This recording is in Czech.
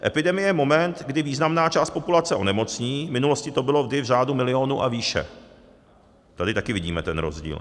Epidemie je moment, kdy významná část populace onemocní, v minulosti to bylo vždy v řádu milionu a výše, tady taky vidíme ten rozdíl.